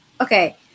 Okay